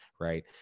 Right